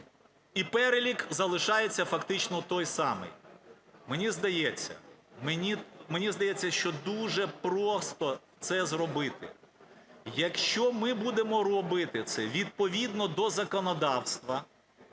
і перелік залишається фактично той самий. Мені здається, що дуже просто це зробити. Якщо ми будемо робити це відповідно до законодавства,